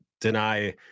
deny